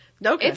no